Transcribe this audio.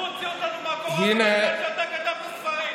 מי הוציא אותנו מהקורונה בזמן שאתה כתבת ספרים?